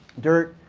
dirt.